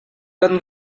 kan